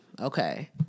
okay